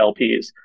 LPs